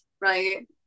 right